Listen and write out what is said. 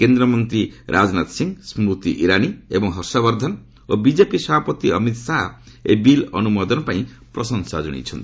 କେନ୍ଦ୍ରମନ୍ତ୍ରୀ ରାଜନାଥ ସିଂହ ସ୍କୁତି ଇରାନୀ ଏବଂ ହର୍ଷବର୍ଦ୍ଧନ ଓ ବିଜେପି ସଭାପତି ଅମିତ ଶାହା ଏହି ବିଲ୍ ଅନୁମୋଦନ ପାଇଁ ପ୍ରଶଂସା ଜଣାଇଚ୍ଚନ୍ତି